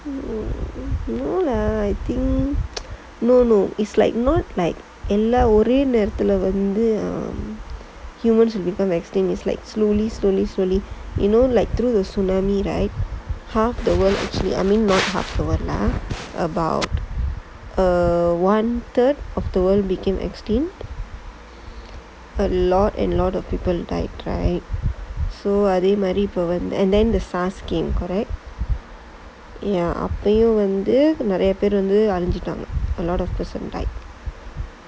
no lah I think no no is like not like in like எல்லா ஒரே நேரத்துல வந்து:ellaa orae nerathula vanthu humans become extinct it's like slowly slowly slowly you know like through the tsunami right err one third of the world became extinct a lot and lot of people died right so அதே மாறி:athae maari and then the SARS came right ya அப்பயும் வந்து நிறையா பேரு வந்து அலுஞ்சுடாங்க:appayum vanthu niraiyaa peru vanthu alunjutaanga a lot of person died